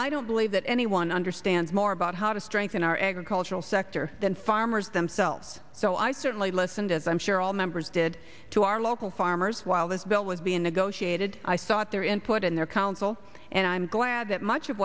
i don't believe that anyone understands more about how to strengthen our agricultural sector than farmers themselves so i certainly listened as i'm sure all members did to our local farmers while this bill was being negotiated i sought their input and their counsel and i'm glad that much of